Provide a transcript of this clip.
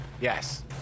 Yes